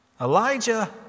Elijah